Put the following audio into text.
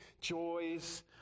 joys